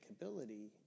ability